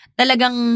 talagang